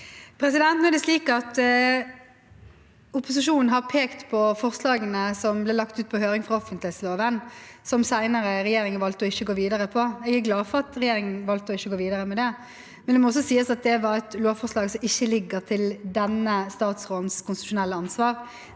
opposisjonen har pekt på forslagene som ble lagt ut på høring i forbindelse med offentlighetsloven, som regjeringen senere valgte ikke å gå videre på. Jeg er glad for at regjeringen valgte ikke å gå videre med det, men det må også sies at det var et lovforslag som ikke ligger til denne statsrådens konstitusjonelle ansvar.